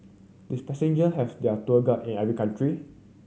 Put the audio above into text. did passenger have their tour guide in every country